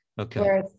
Okay